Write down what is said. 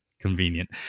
convenient